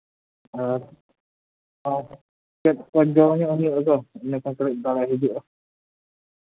ᱟᱨ ᱟᱨ ᱪᱮᱫ ᱪᱮᱫ ᱡᱚᱢ ᱦᱩᱭᱩᱜᱼᱟ ᱟᱫᱚ ᱤᱱᱟᱹ ᱠᱷᱟᱡ ᱛᱚ ᱫᱟᱬᱟ ᱦᱤᱡᱩᱜᱼᱟ